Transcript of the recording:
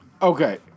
Okay